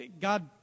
God